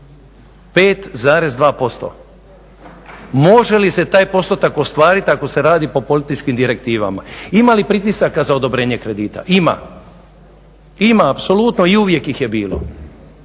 5,2%. Može li se taj postotak ostvarit ako se radi po političkim direktivama? Ima li pritisaka za odobrenje kredita? Ima. Ima apsolutno i uvijek ih je bilo.